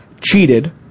Cheated